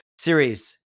series